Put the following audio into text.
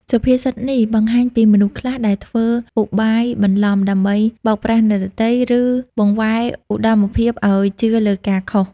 សុភាសិតនេះបង្ហាញពីមនុស្សខ្លះដែលធ្វើឧបាយបន្លំ ដើម្បីបោកប្រាស់អ្នកដទៃ ឬបង្វែរឧត្តមភាពឲ្យជឿលើការខុស។